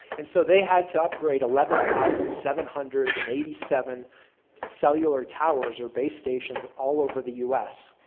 and so, they had to upgrade eleven thousand seven hundred and eighty seven cellular towers or base stations all over the us.